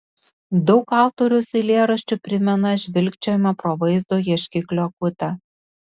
daug autoriaus eilėraščių primena žvilgčiojimą pro vaizdo ieškiklio akutę